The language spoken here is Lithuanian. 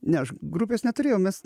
ne aš grupės neturėjom mes